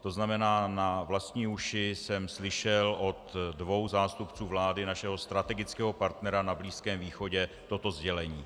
To znamená, na vlastní uši jsem slyšel od dvou zástupců vlády našeho strategického partnera na Blízkém východě toto sdělení.